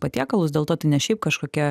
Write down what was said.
patiekalus dėl to tai ne šiaip kažkokia